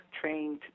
trained